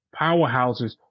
powerhouses